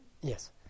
Yes